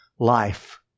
Life